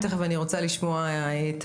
תיכף אני רוצה לשמוע את